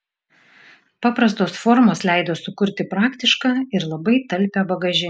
paprastos formos leido sukurti praktišką ir labai talpią bagažinę